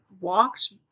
walked